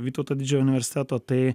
vytauto didžiojo universiteto tai